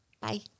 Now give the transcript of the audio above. bye